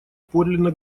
подлинно